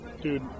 Dude